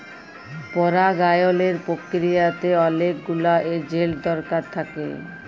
পরাগায়লের পক্রিয়াতে অলেক গুলা এজেল্ট দরকার থ্যাকে